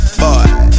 boy